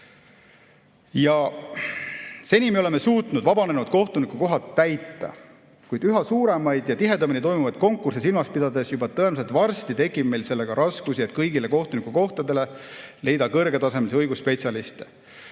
Seni oleme suutnud vabanenud kohtunikukohad täita, kuid üha suuremaid ja tihedamini toimuvaid konkursse silmas pidades tekib tõenäoliselt juba varsti meil raskusi sellega, kuidas kõigile kohtunikukohtadele leida kõrgetasemelisi õigusspetsialiste.